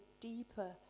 deeper